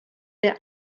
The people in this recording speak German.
der